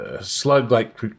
slug-like